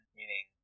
meaning